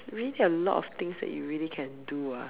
really a lot of things that you really can do ah